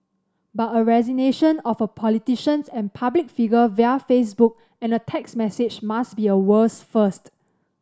but a resignation of a politicians and public figure via Facebook and a text message must be a world's first